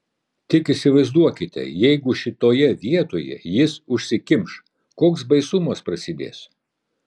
tik įsivaizduokite jeigu šitoje vietoje jis užsikimš koks baisumas prasidės